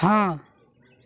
हाँ